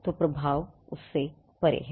तो प्रभाव उससे परे है